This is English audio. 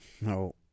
no